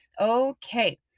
Okay